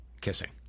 kissing